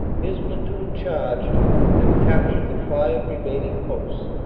his platoon charged and captured the five remaining posts.